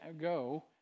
go